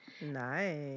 Nice